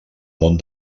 món